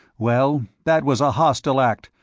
well, that was a hostile act,